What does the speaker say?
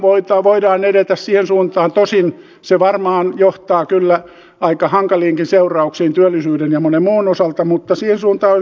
osinkopuolella voidaan edetä siihen suuntaan tosin se varmaan johtaa kyllä aika hankaliinkin seurauksiin työllisyyden ja monen muun osalta mutta siihen suuntaan olisi syytä mennä